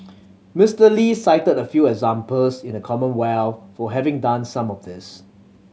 Mister Lee cited a few examples in the Commonwealth for having done some of this